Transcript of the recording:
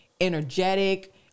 energetic